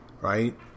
right